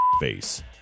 Face